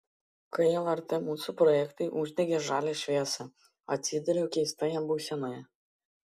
kai lrt mūsų projektui uždegė žalią šviesą atsidūriau keistoje būsenoje